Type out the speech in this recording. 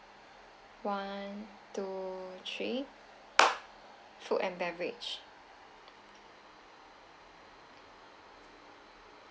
one two three food and beverage